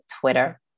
Twitter